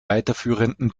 weiterführenden